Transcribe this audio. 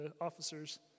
officer's